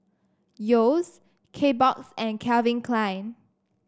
Yeo's Kbox and Calvin Klein